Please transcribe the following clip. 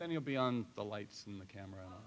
then you'll be on the lights in the camera